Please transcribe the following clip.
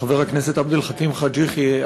חבר הכנסת עבד אל חכים חאג' יחיא,